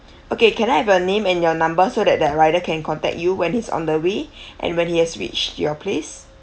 okay can I have your name and your number so that that rider can contact you when he's on the way and when he has reached your place